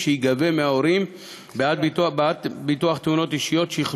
התלמידים הלומדים בתחום שיפוטה בביטוח תאונות אישיות.